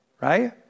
right